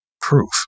proof